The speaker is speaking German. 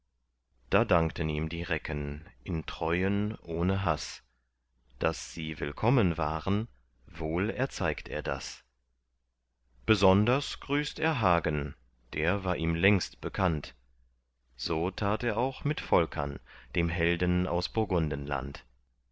da dankten ihm die recken in treuen ohne haß daß sie willkommen waren wohl erzeigt er das besonders grüßt er hagen der war ihm längst bekannt so tat er auch mit volkern dem helden aus